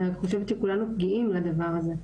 אני רק חושבת שכולנו פגיעים לדבר הזה.